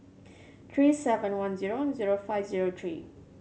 three seven one zero zero five zero three